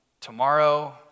tomorrow